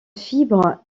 fibre